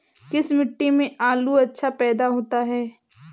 किस मिट्टी में आलू अच्छा पैदा होता है?